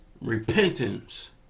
repentance